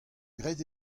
graet